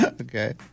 Okay